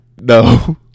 No